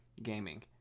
gaming